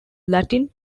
latin